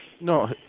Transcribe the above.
No